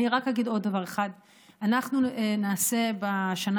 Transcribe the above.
אגיד רק עוד דבר אחד: אנחנו נעשה בשנה